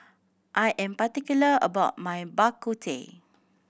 I am particular about my Bak Kut Teh